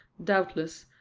doubtless,